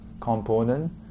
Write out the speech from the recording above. Component